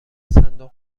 صندوق